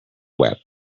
web